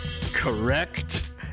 correct